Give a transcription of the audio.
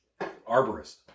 arborist